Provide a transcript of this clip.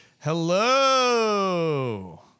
Hello